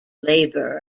labour